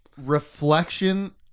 reflection